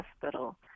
hospital